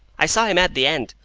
i saw him at the end,